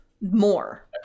more